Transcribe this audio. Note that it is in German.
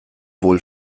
wohl